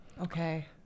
Okay